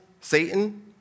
Satan